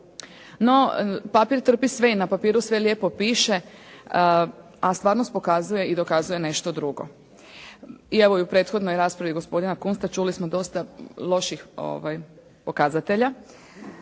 No, papir trpi sve i na papiru sve lijepo piše, a stvarnost pokazuje i dokazuje nešto drugo. I evo i u prethodnoj raspravi gospodina Kunsta čuli smo dosta loših pokazatelja.